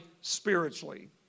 spiritually